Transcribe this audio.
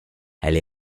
elle